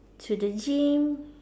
to the gym